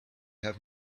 have